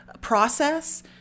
process